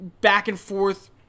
back-and-forth